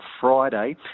Friday